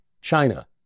China